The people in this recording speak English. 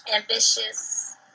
ambitious